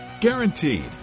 Guaranteed